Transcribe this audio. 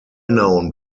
known